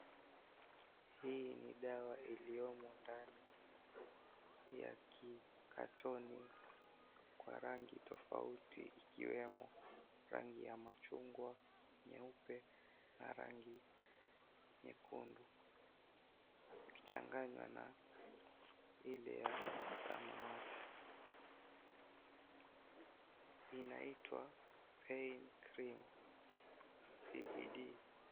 Hii ni dawa iliyomo ndani ya kikatoni kwa rangi tofauti ikiwemo rangi ya machungwa, nyeupe na rangi nyekundu ikichanganywa na Ile ya samawati. Inaitwa pale cream Cbd ".